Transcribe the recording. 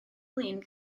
flin